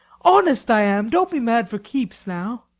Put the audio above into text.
honest i am. don't be mad for keeps, now.